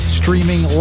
streaming